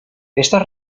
estas